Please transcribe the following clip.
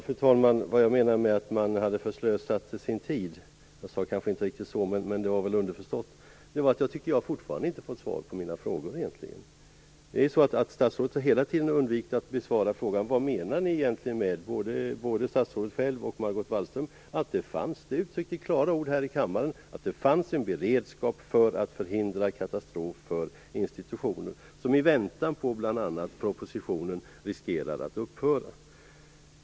Fru talman! Jag sade kanske inte riktigt att man hade förslösat sin tid, men det var väl underförstått. Vad jag menade var att jag fortfarande inte har fått svar på mina frågor. Statsrådet har hela tiden undvikit att besvara frågan om vad hon själv och Margot Wallström egentligen menar med att det fanns en beredskap för att förhindra katastrof för institutioner som i väntan på bl.a. propositionen riskerar att upphöra.